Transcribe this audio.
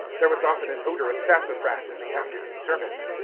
there was often an odor of sassafras in the afternoon service.